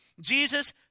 Jesus